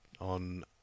on